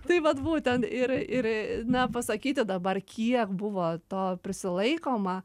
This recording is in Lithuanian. tai vat būtent ir ir na pasakyti dabar kiek buvo to prisilaikoma